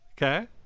Okay